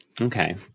Okay